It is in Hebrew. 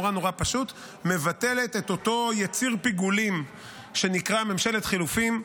נורא נורא פשוט: מבטלת את אותו יציר פיגולים שנקרא ממשלת חילופים.